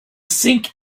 sink